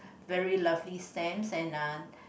very lovely stamps and uh